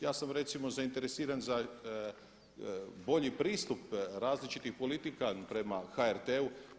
Ja sam recimo zainteresiran za bolji pristup različitih politika prema HRT-u.